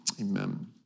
amen